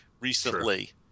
recently